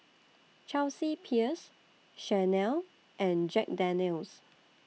Chelsea Peers Chanel and Jack Daniel's